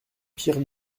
pierre